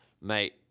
mate